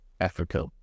Africa